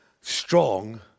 strong